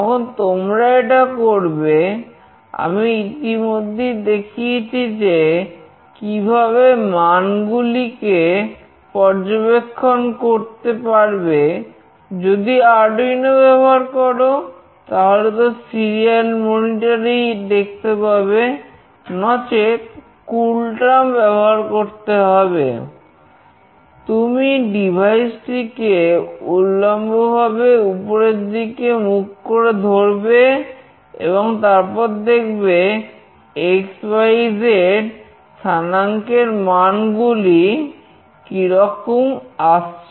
যখন তোমরা এটা করবে আমি ইতিমধ্যেই দেখিয়েছি যে কিভাবে মান গুলিকে পর্যবেক্ষণ করতে পারবে যদি আরডুইনো টিকে উল্লম্বভাবে উপরের দিকে মুখ করে ধরবে এবং তারপর দেখবে xyz স্থানাঙ্কের মানগুলি কিরকম আসছে